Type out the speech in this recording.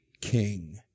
king